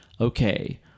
okay